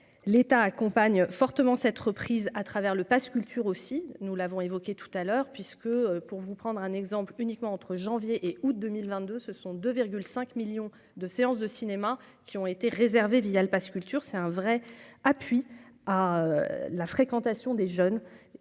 l'État accompagne fortement cette reprise à travers le passe culture aussi nous l'avons évoqué tout à l'heure, puisque pour vous prendre un exemple uniquement entre janvier et août 2022, ce sont 2 5 millions de séances de cinéma qui ont été réservées via le passe culture, c'est un vrai appui à la fréquentation des jeunes